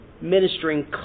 ministering